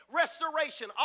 restoration